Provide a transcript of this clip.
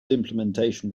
implementation